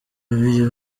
bari